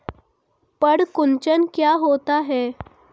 पर्ण कुंचन क्या होता है?